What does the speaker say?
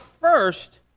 first